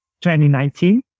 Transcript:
2019